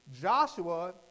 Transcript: Joshua